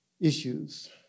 issues